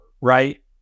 right